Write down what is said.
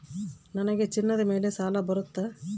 ನನಗೆ ಚಿನ್ನದ ಮೇಲೆ ಸಾಲ ಬರುತ್ತಾ?